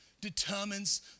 determines